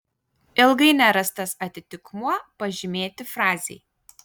ilgai nerastas atitikmuo pažymėti frazei